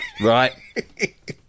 Right